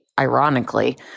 ironically